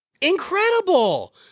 Incredible